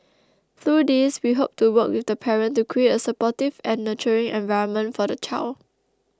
through these we hope to work with the parent to create a supportive and nurturing environment for the child